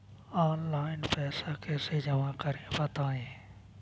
Online पैसा कैसे जमा करें बताएँ?